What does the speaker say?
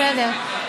בסדר.